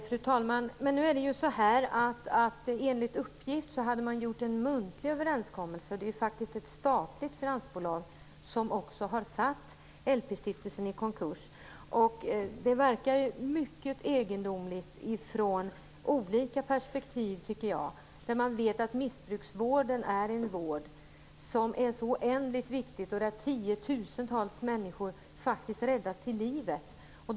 Fru talman! Enligt uppgift hade man gjort en muntlig överenskommelse. Det är faktiskt ett statligt finansbolag som har satt LP-stiftelsen i konkurs. Det verkar mycket egendomligt från olika perspektiv tycker jag. Man vet att missbruksvården är så oändligt viktig, och tiotusentals människor räddas faktiskt till livet.